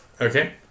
Okay